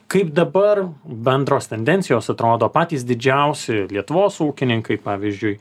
kaip dabar bendros tendencijos atrodo patys didžiausi lietuvos ūkininkai pavyzdžiui